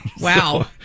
Wow